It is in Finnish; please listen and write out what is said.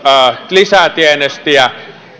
lisätienestiä